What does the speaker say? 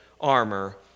armor